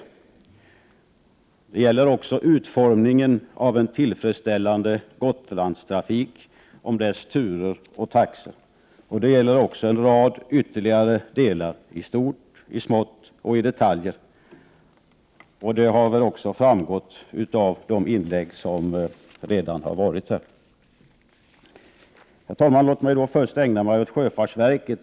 Vidare gäller det utformningen av en tillfredsställande Gotlandstrafik, dess turer och taxor. Därutöver finns ytterligare ett antal delar — i stort, i smått och i detaljer — vilket väl också framgått av de inlägg som redan har gjorts här. Herr talman! Låt mig först ägna mig åt sjöfartsverket.